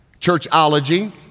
churchology